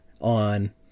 on